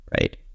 right